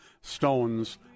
stones